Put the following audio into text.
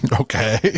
okay